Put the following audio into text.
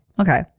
Okay